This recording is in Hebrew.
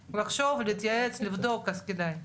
לא,